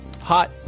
hot